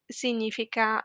significa